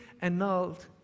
annulled